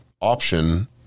option